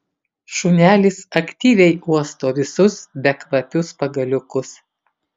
šunelis aktyviai uosto visus bekvapius pagaliukus